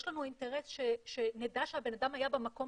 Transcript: יש לנו אינטרס שנדע שהבן אדם היה במקום